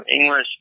English